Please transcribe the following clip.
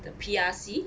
the P_R_C